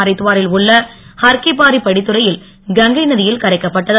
அரித்துவாரில் உள்ள ஹர் கி பாரி படித்துறையில் கங்கை நதியில் கரைக்கப்பட்டது